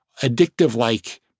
addictive-like